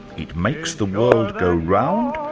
it makes the world go round,